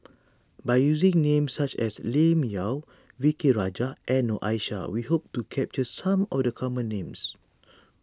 by using names such as Lim Yau V K Rajah and Noor Aishah we hope to capture some of the common names